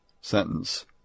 sentence